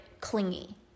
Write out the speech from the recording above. clingy